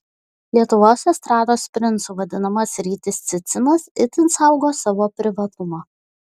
lietuvos estrados princu vadinamas rytis cicinas itin saugo savo privatumą